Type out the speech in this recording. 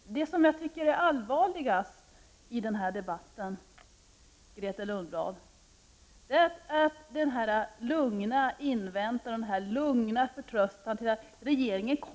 Fru talman! Det som jag tycker är allvarligast i den här debatten, Grethe Lundblad, är den lugna förtröstan på att regeringen säkert